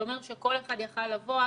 זה אומר שכל אחד יכול היה לבוא.